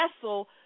vessel